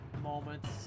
moments